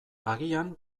agian